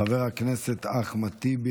חבר הכנסת אחמד טיבי,